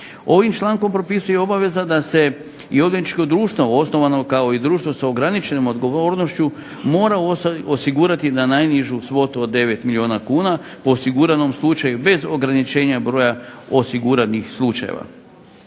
Ovim člankom propisuje i obaveza da se dioničko društvo osnovano kao i društvo s ograničenom odgovornošću mora osigurati na najnižu svotu od 9 milijuna kuna po osiguranom slučaju, bez ograničenja broja osiguranih slučajeva.